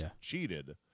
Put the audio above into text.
cheated